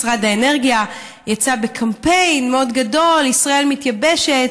משרד האנרגיה יצא בקמפיין מאוד גדול: ישראל מתייבשת,